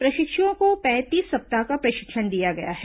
प्रशिक्षुओं को पैंतीस सप्ताह का प्रशिक्षण दिया गया है